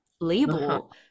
label